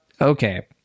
Okay